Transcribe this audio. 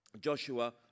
Joshua